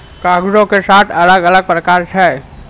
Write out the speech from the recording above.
कागजो के सात अलग अलग प्रकार छै